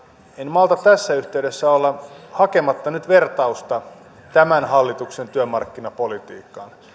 en malta tässä yhteydessä olla hakematta nyt vertausta tämän hallituksen työmarkkinapolitiikkaan